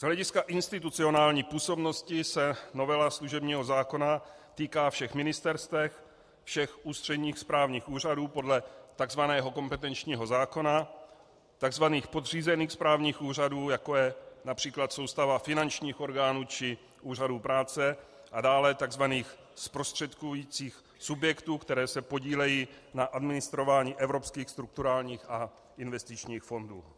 Z hlediska institucionální působnosti se novela služebního zákona týká všech ministerstev, všech ústředních správních úřadů podle takzvaného kompetenčního zákona, takzvaných podřízených správních úřadů, jako je například soustava finančních orgánů či úřadů práce, a dále takzvaných zprostředkujících subjektů, které se podílejí na administrování evropských strukturálních a investičních fondů.